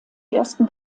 ersten